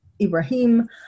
Ibrahim